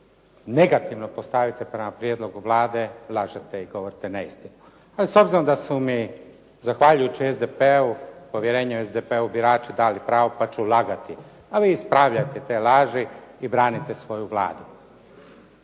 negativno postavite prema prijedlogu Vlade, lažete i govorite neistinu. No, s obzirom da su mi zahvaljujući SDP-u povjerenju SDP-u birači dali pravo pa ću lagati, ali vi ispravljajte te laži i branite svoju Vladu.